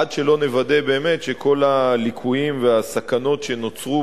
עד שלא נוודא באמת שכל הליקויים והסכנות שנוצרו